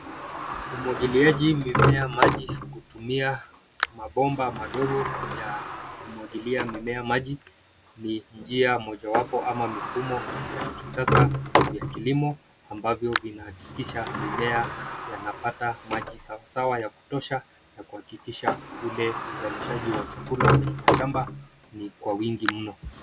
Umwagiliaji mimea maji kutumia mabomba madogo ya kumwagilia mimea maji ni njia mojawapo ama mifumo ya kisasa ya kilimo ambavyo vinakikisha mimea yanapata maji sawa ya kutosha ya kuhakikisha ule uzalishaji wa chakula kwenye mashamba ni kwa wingi mno.